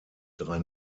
drei